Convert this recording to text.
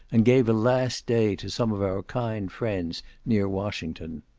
and gave a last day to some of our kind friends near washington.